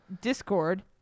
Discord